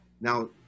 now